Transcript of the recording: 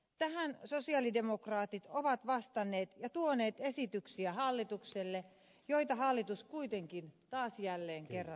tähän sosialidemokraatit ovat vastanneet hallitukselle ja tuoneet esityksiä joita hallitus kuitenkin jälleen kerran vähättelee